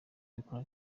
abikora